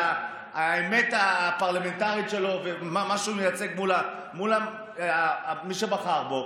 האמת הפרלמנטרית שלו ומה שהוא מייצג מול מי שבחר בו,